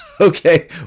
Okay